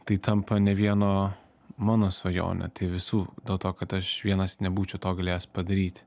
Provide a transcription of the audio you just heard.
tai tampa ne vieno mano svajonė tai visų dėl to kad aš vienas nebūčiau to galėjęs padaryti